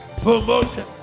Promotion